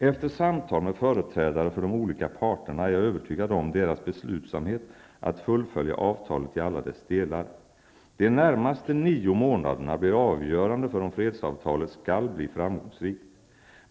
Efter samtal med företrädare för de olika parterna är jag övertygad om deras beslutsamhet att fullfölja avtalet i alla dess delar. De närmaste nio månaderna blir avgörande för om fredsavtalet skall bli framgångsrikt.